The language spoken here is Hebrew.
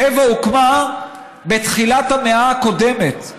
טבע הוקמה בתחילת המאה הקודמת,